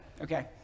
okay